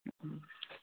हं